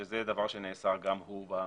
שזה דבר שנאסר גם הוא בחוק.